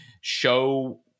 show